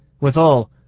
withal